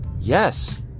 Yes